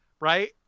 Right